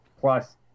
Plus